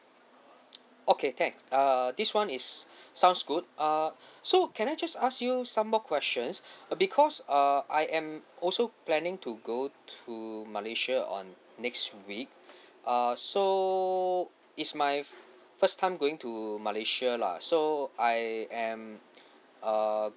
okay can err this [one] is sounds good uh so can I just ask you some more questions uh because err I am also planning to go to malaysia on next week err so is my first time going to malaysia lah so I am uh